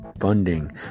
funding